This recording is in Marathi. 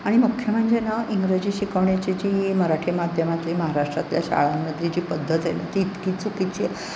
आणि मुख्य म्हणजे ना इंग्रजी शिकवण्याची जी मराठी माध्यमातली महाराष्ट्रातल्या शाळांमधली जी पद्धत आहे ना ती इतकी चुकीची आहे